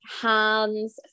hands